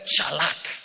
chalak